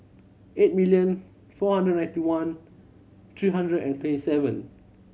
eight million four hundred ninety one three hundred and twenty seven